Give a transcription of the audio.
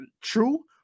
true